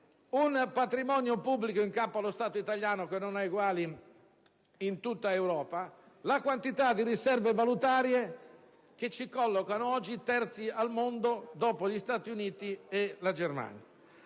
un patrimonio pubblico in capo allo Stato italiano che non ha eguali in tutta Europa; la quantità di riserve valutarie che ci collocano oggi terzi al mondo dopo gli Stati Uniti e la Germania.